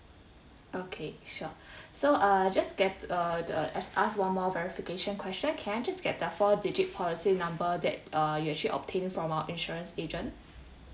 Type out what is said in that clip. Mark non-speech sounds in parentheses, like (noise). okay sure (breath) so uh just get uh the as ask one more verification question can I just get the four digit policy number that uh you actually obtain from our insurance agent